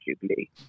jubilee